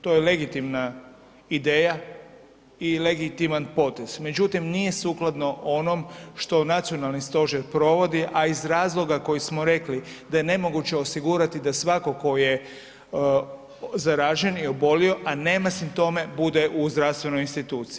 To je legitimna ideja i legitiman potez, međutim nije sukladno onom što nacionalni stožer provodi, a iz razloga koji smo rekli da je nemoguće osigurati da svako ko je zaražen i obolio, a nema simptome bude u zdravstvenoj instituciji.